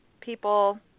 people